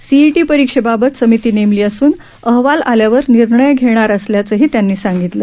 CET परिक्षेबाबत समिती नेमली असून अहवाल आल्यावर निर्णय घेणार असल्याचही त्यांनी सांगितले